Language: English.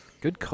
Good